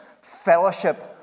fellowship